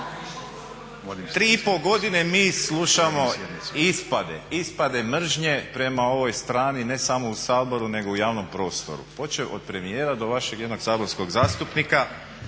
pol godine mi slušamo ispade, ispade mržnje prema ovoj strani, ne samo u Saboru nego i javnom prostoru počev od premijera da vašeg jednog saborskog zastupnika